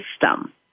system